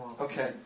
Okay